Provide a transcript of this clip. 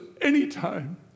anytime